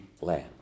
land